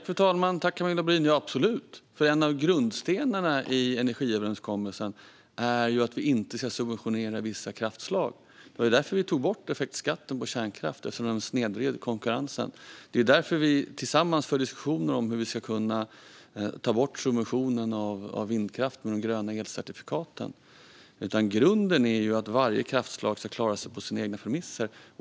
Fru talman! Ja, absolut! En av grundstenarna i energiöverenskommelsen är ju att vi inte ska subventionerna vissa kraftslag. Det var därför vi tog bort effektskatten på kärnkraft eftersom den snedvred konkurrensen. Det är därför vi tillsammans för diskussioner om hur vi ska kunna ta bort subventionen av vindkraften och de gröna elcertifikaten. Grunden är att varje kraftslag ska klara sig på sina egna premisser.